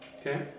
Okay